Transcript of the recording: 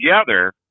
together